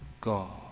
God